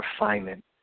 refinement